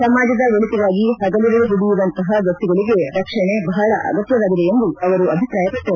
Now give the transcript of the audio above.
ಸಮಾಜದ ಒಳಿತಿಗಾಗಿ ಪಗಲಿರುಳು ದುಡಿಯುವಂತಹ ವ್ವಕ್ತಿಗಳಿಗೆ ರಕ್ಷಣೆ ಬಹಳ ಅಗತ್ಯವಾಗಿದೆ ಎಂದು ಅಭಿಪ್ರಾಯಪಟ್ಟರು